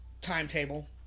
Timetable